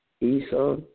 Esau